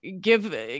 give